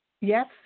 yes